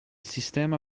sistema